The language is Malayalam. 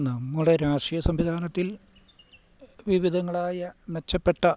നമ്മുടെ രാഷ്ട്രീയ സംവിധാനത്തിൽ വിവിധങ്ങളായ മെച്ചപ്പെട്ട